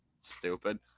stupid